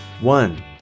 one